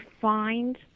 find